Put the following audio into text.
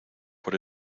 por